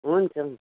हुन्छ मिस